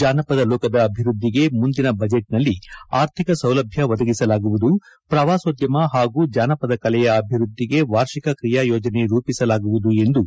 ಜಾನಪದ ಲೋಕದ ಅಭಿವೃದ್ಧಿಗೆ ಮುಂದಿನ ಬಜೆಟ್ನಲ್ಲಿ ಆರ್ಥಿಕ ಸೌಲಭ್ಯ ಒದಗಿಸಲಾಗುವುದು ಪ್ರವಾಸೋದ್ಯಮ ಪಾಗೂ ಜಾನಪದ ಕಲೆಯ ಅಭಿವೃದ್ಧಿಗ ವಾರ್ಷಿಕ ಕ್ರಿಯಾ ಯೋಜನೆ ರೂಪಿಸಲಾಗುವುದು ಎಂದು ಸಚಿವರು ಭರವಸೆ ನೀಡಿದರು